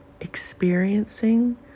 experiencing